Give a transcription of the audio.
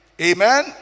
amen